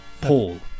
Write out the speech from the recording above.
Paul